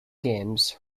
games